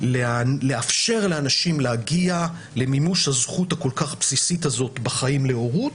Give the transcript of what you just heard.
לאפשר לאנשים להגיע למימוש הזכות הכל-כך בסיסית הזאת בחיים להורות,